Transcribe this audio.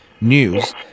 news